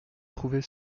trouver